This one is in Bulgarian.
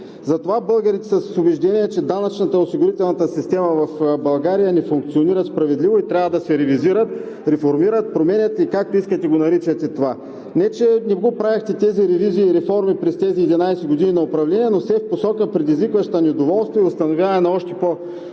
Затова българите са с убеждение, че данъчно-осигурителната система в България не функционира справедливо и трябва да се ревизират, реформират, променят и както искате го наричайте това. Не че не правихте тези ревизии и реформи през тези 11 години на управление, но все в посока, предизвикваща недоволство и установяване на още по-голяма